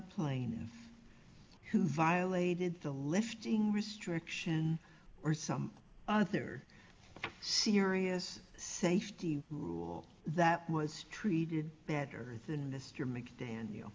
plaintiff who violated the lifting restriction or some other serious safety rule that was treated better than mr mcdaniel